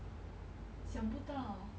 想不到